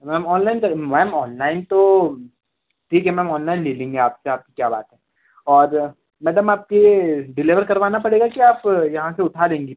ma'am online करेंगी ma'am online तो ठीक है मैम ऑनलाइन ले लेंगे आपसे आप क्या बात है और मैडम आपके डिलेवर करवाना पड़ेगा कि आप यहाँ से उठा लेंगी